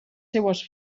seues